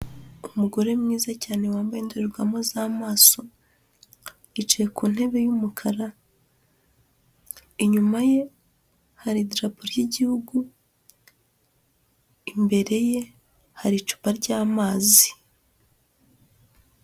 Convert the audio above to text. Umugore mwiza cyane wambaye indorerwamo z’amaso, yicaye ku ntebe y'umukara. Inyuma ye hari idarapo ry’igihugu, imbere ye hari icupa ry’amazi.